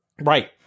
right